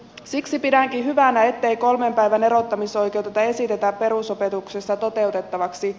siksi pidänkin hyvänä ettei kolmen päivän erottamisoikeutta esitetä perusopetuksessa toteutettavaksi